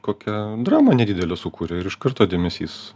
kokią dramą nedidelę sukūrė ir iš karto dėmesys